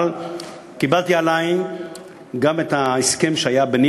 אבל קיבלתי עלי את ההסכם שהיה ביני